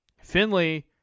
Finley